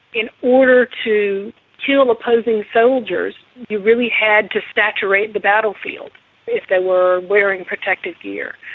in order to kill opposing soldiers you really had to saturate the battlefield if they were wearing protective gear.